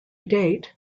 date